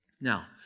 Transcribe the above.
Now